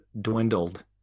dwindled